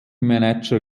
manager